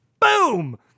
Boom